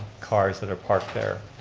cars that are parked there.